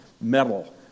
metal